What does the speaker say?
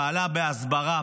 פעלה בהסברה,